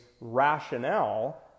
rationale